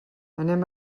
anem